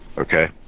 Okay